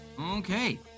Okay